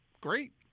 great